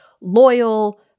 loyal